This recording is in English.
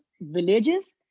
villages